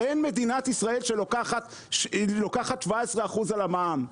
אין כמו מדינת ישראל שלוקחת 17% על המע"מ.